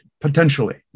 potentially